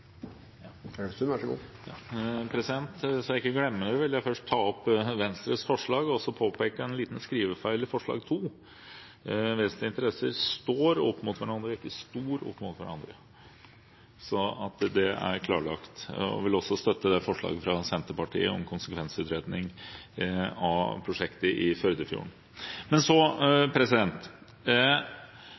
Så jeg ikke glemmer det, vil jeg først ta opp forslaget fra bl.a. Venstre og vil også påpeke en liten skrivefeil i forslag nr. 2. Det skal stå «vesentlige interesser «står» opp mot hverandre» – slik at det er klarlagt. Vi står også sammen med bl.a. Senterpartiet om forslaget om konsekvensutredning av prosjektet i Førdefjorden.